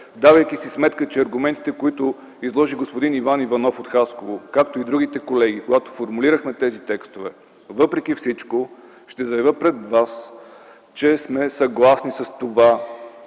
давайки си сметка, че аргументите, които изложи господин Иван Иванов от Хасково, както и на другите колеги, когато формулирахме текстовете, въпреки всичко ще заявя пред вас, че сме съгласни с това